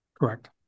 Correct